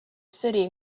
city